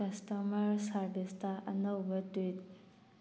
customer ꯁꯥꯔꯚꯤꯁꯇ ꯑꯅꯧꯕ tweet